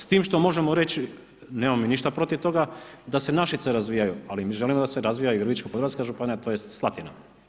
S tim što možemo reći, nemamo mi ništa protiv toga da se Našice razvijaju, ali mi želimo da se razvija i Ličko podravska županija, tj. Slatina.